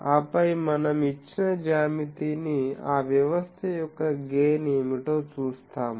ఆపై మనం ఇచ్చిన జ్యామితిని ఆ వ్యవస్థ యొక్క గెయిన్ ఏమిటో చూస్తాము